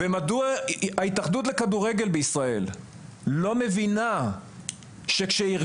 ומדוע ההתאחדות לכדורגל בישראל לא מבינה שכשאיגוד